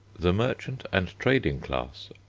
the merchant and trading class,